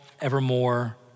evermore